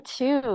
two